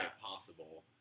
possible